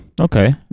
Okay